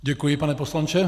Děkuji, pane poslanče.